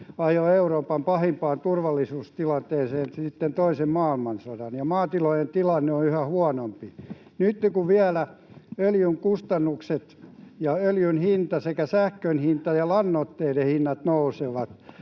ajoi Euroopan pahimpaan turvallisuustilanteeseen sitten toisen maailmansodan, ja nyt maatilojen tilanne on yhä huonompi. Nytten kun vielä öljyn kustannukset ja öljyn hinta sekä sähkön hinta ja lannoitteiden hinnat nousevat,